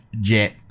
jet